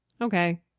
Okay